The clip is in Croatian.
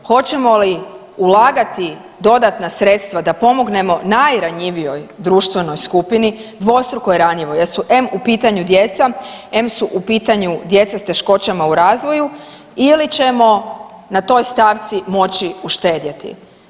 Hoćemo li ulagati dodatna sredstva da pomognemo najranjivijoj društvenoj skupini, dvostruko ranjivoj jer su em u pitanju djeca, em su u pitanju djeca s teškoćama u razvoju ili ćemo na toj stavci moći uštedjeti.